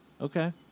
Okay